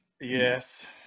Yes